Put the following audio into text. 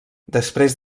després